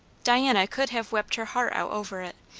diana could have wept her heart out over it,